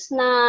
na